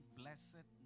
blessed